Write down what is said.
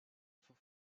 for